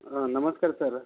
ನಮಸ್ಕಾರ ಸರ್ರ